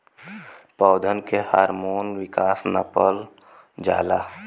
पौधन के हार्मोन विकास नापल जाला